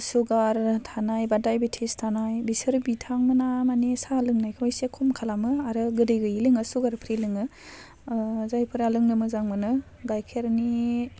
सुगार थानाय बा दाइबेटिस्ट थानाय बिसोर बिथांमोना माने साहा लोंनायखौ एसे खम खालामो आरो गोदै गैयै लोङो सुगार फ्रि लोङो जायफोरा मोजां मोनो गाइखेरनि